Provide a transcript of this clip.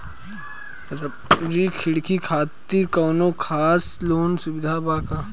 Rugby खिलाड़ी खातिर कौनो खास लोन सुविधा बा का?